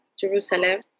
Jerusalem